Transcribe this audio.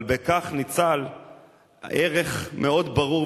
אבל בכך ניצל ערך מאוד ברור,